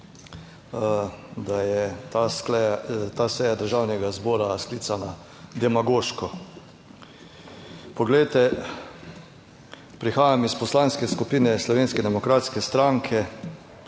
da je ta seja Državnega zbora sklicana demagoško. Poglejte, prihajam iz Poslanske skupine Slovenske demokratske stranke,